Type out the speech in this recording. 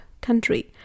country